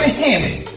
ham it!